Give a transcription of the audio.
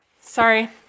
Sorry